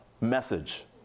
message